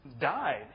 died